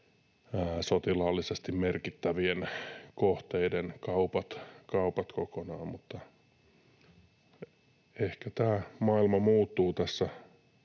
sotilaallisesti merkittävien kohteiden kaupat kokonaan. Mutta ehkä tämä maailma muuttuu tässä